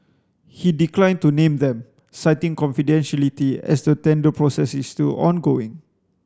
he declined to name them citing confidentiality as the tender process is still ongoing